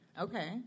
Okay